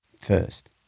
first